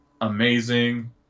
amazing